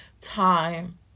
time